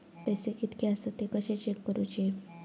पैसे कीतके आसत ते कशे चेक करूचे?